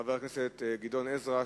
חבר הכנסת גדעון עזרא,